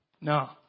No